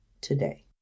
today